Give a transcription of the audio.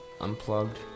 Unplugged